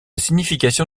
signification